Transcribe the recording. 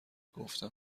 گفتم